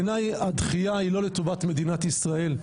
בעיניי הדחייה היא לא לטובת מדינת ישראל,